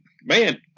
Man